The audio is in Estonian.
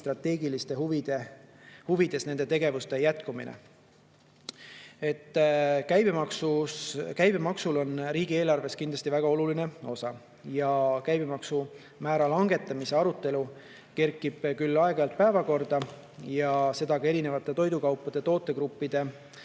strateegilistes huvides nende tegevuse jätkumine?" Käibemaksul on riigieelarves kindlasti väga oluline osa. Käibemaksumäära langetamise arutelu kerkib aeg-ajalt päevakorda ja seda erinevate toidukaupade ja tootegruppide